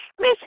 Miss